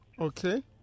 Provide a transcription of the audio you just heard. Okay